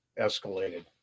escalated